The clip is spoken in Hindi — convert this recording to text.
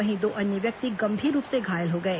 वहीं दो अन्य व्यक्ति गंभीर रूप से घायल हो गए